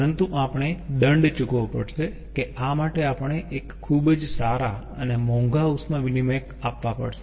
પરંતુ આપણે દંડ ચૂકવવો પડશે કે આ માટે આપણે ખૂબ જ સારા અને મોંઘા ઉષ્મા વિનીમયક આપવા પડશે